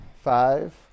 Five